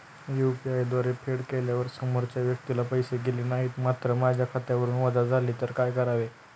UPI द्वारे फेड केल्यावर समोरच्या व्यक्तीला पैसे गेले नाहीत मात्र माझ्या खात्यावरून वजा झाले तर काय करावे?